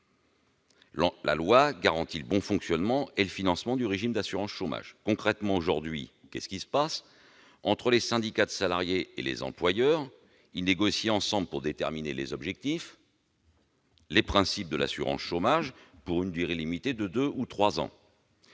La loi garantit le bon fonctionnement et le financement du régime d'assurance chômage. Concrètement aujourd'hui, les syndicats de salariés et les employeurs négocient ensemble pour déterminer les objectifs et les principes de l'assurance chômage pour une durée limitée de deux ou trois ans.